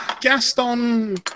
Gaston